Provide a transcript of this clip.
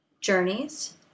Journeys